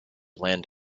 land